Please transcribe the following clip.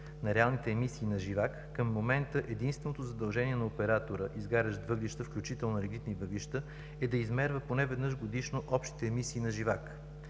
на реалните емисии на живак, към момента единственото задължение на оператора, изгарящ въглища, включително лигнитни въглища, е да измерва поне веднъж годишно общите емисии на живак.